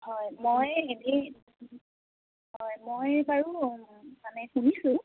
হয় মই এনেই হয় মই বাৰু মানে শুনিছোঁ